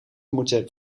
moeten